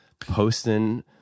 posting